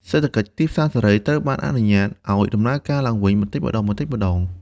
សេដ្ឋកិច្ចទីផ្សារសេរីត្រូវបានអនុញ្ញាតឱ្យដំណើរការឡើងវិញបន្តិចម្តងៗ។